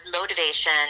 motivation